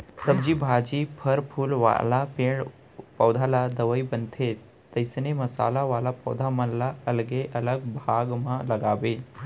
सब्जी भाजी, फर फूल वाला पेड़ पउधा ले दवई बनथे, तइसने मसाला वाला पौधा मन ल अलगे अलग भाग म लगाबे